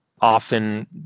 often